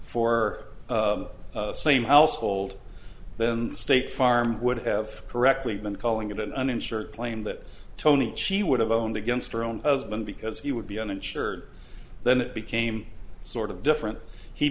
for same household then state farm would have correctly been calling it an uninsured claim that tony she would have owned against her own of them because he would be uninsured then it became sort of different he